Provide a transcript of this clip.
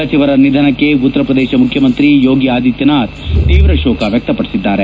ಸಚಿವರ ನಿಧನಕ್ಕೆ ಉತ್ತರ ಪ್ರದೇಶ ಮುಖ್ಯಮಂತ್ರಿ ಯೋಗಿ ಆದಿತ್ಯನಾಥ್ ತೀವ್ರ ಶೋಕ ವಕ್ಷಪಡಿಸಿದ್ದಾರೆ